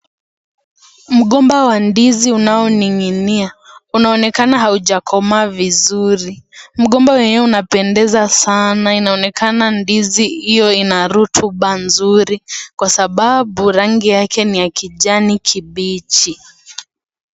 Mgomba wa ndizi unaoning'inia. Unaonekana haujakomaa vizuri. Mgomba wenyewe unapendeza sana inaonekana ndizi hio ina rutuba nzuri, kwasababu rangi yake ni ya kijani kibichi.